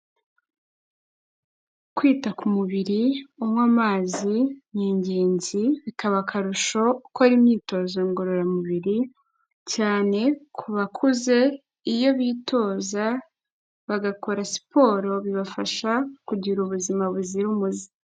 Kwita ku mubiri unywa amazi ni ingenzi, bikaba akarusho ukora imyitozo ngororamubiri cyane ku bakuze, iyo bitoza bagakora siporo bibafasha kugira ubuzima buzira umuze.